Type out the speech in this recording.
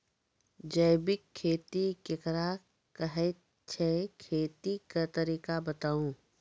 जैबिक खेती केकरा कहैत छै, खेतीक तरीका बताऊ?